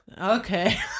Okay